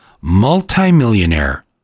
Multimillionaire